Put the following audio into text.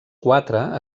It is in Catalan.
quatre